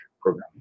program